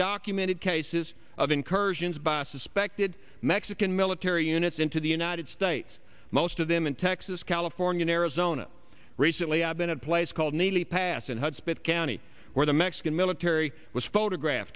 documented cases of incursions by suspected mexican military units into the united states most of them in texas california arizona recently i've been at a place called nili pass in hudspeth county where the mexican military was photograph